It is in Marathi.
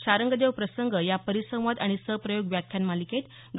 शाङ्गदेव प्रसंग या परिसंवाद आणि सप्रयोग व्याख्यान मालिकेत डॉ